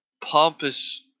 pompous